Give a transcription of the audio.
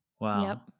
Wow